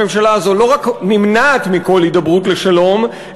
הממשלה הזאת לא רק נמנעת מכל הידברות לשלום,